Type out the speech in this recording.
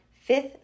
fifth